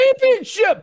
championship